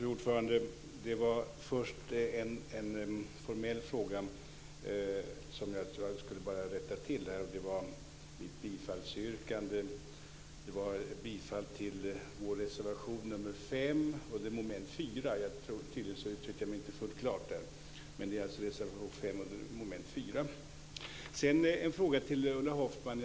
Fru talman! Det är först en formell fråga som jag ska rätta till som gäller mitt bifallsyrkande. Jag yrkar bifall till vår reservation nr 5 under mom. 4. Tydligen uttryckte jag mig inte fullt klart där, men det är alltså reservation 5 under mom. 4. Sedan en fråga till Ulla Hoffmann.